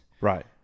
right